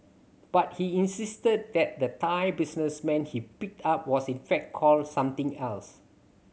but he insisted that the Thai businessman he picked up was in fact called something else